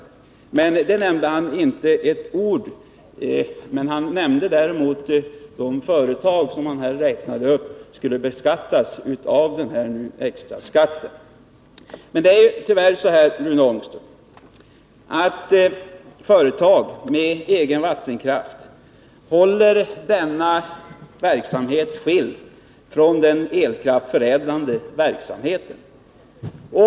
Om detta sade han inte ett ord. Däremot talade han om att de företag som han räknade upp skulle drabbas av extraskatten. Tyvärr är det så, Rune Ångström, att företag med egen vattenkraft håller den verksamheten skild från den elkraftsförädlande verksamheten.